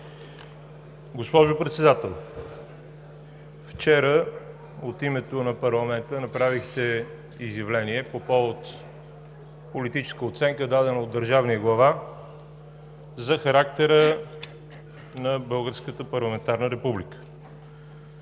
Госпожо Председател, вчера от името на парламента направихте изявление по повод политическа оценка, дадена от държавния глава, за характера на